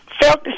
Felt